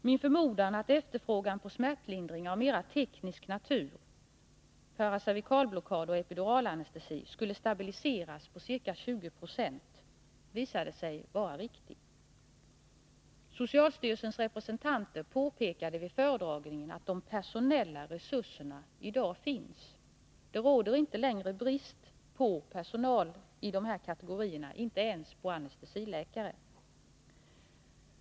Min förmodan att efterfrågan på smärtlindring av mera teknisk natur, paracervikalblockad och epiduralanestesi, skulle stabiliseras på ca 20 26, visade sig vara riktig. Socialstyrelsens representanter påpekade vid föredragningen att de personella resurserna i dag finns. Det råder inte längre brist på personal i de här kategorierna, inte ens på anestesiläkare.